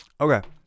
Okay